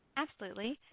absolutely,